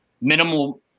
minimal